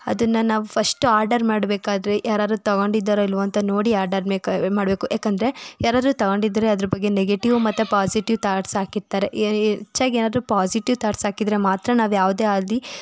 ಅದನ್ನು ನಾವು first order ಮಾಡಬೇಕಾದ್ರೆ ಯಾರಾದ್ರೂ ತೊಗೊಂಡಿದ್ದಾರೋ ಇಲ್ವೋ ಅಂತ ನೋಡಿ ಆರ್ಡರ್ ಮೇಕ ಮಾಡಬೇಕು ಯಾಕೆಂದರೆ ಯಾರಾದ್ರೂ ತೊಗೊಂಡಿದ್ರೆ ಅದರ ಬಗ್ಗೆ ನೆಗೆಟಿವ್ ಮತ್ತು ಪಾಸಿಟಿವ್ ಥಾಟ್ಸ್ ಹಾಕಿರ್ತಾರೆ ಹೆಚ್ಚಾಗಿ ಏನಾದರೂ ಪಾಸಿಟಿವ್ ಥಾಟ್ಸ್ ಹಾಕಿದರೆ ಮಾತ್ರ ನಾವ್ಯಾವ್ದೇ ಆಗಲಿ